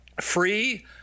free